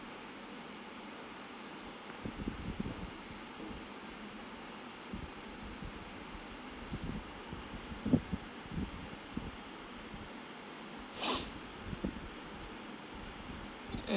mm